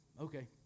Okay